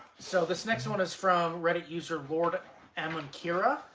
so this next one is from reddit user lord amonkira.